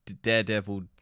Daredevil